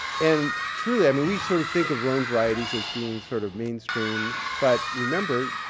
and truly, i mean, we sort of think of rhone varieties as being sort of mainstream, but remember,